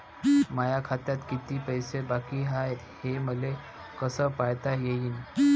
माया खात्यात किती पैसे बाकी हाय, हे मले कस पायता येईन?